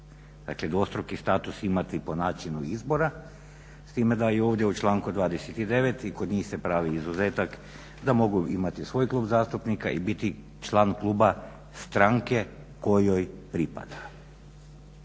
Dakle, dvostruki status imati po načinu izbora, s time da i ovdje u članku 29. i kod njih se pravi izuzetak da mogu imati svoj klub zastupnika i biti član kluba stranke kojoj pripada.